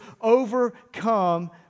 overcome